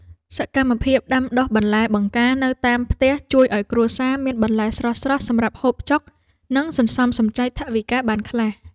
សកម្មភាពដាំដុះបន្លែបង្ការនៅតាមផ្ទះជួយឱ្យគ្រួសារមានបន្លែស្រស់ៗសម្រាប់ហូបចុក និងសន្សំសំចៃថវិកាបានខ្លះ។